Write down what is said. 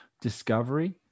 discovery